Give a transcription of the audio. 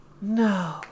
No